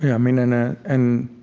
yeah mean ah and